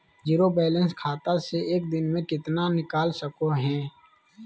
Zero balance खाता से एक दिन में कितना निकाल सको है?